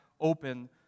open